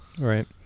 Right